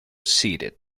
seated